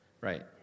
Right